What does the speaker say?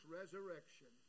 resurrection